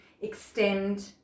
extend